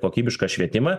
kokybišką švietimą